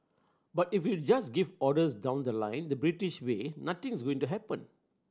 but if you just give orders down the line the British way nothing's going to happen